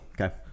Okay